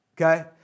Okay